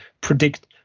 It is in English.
predict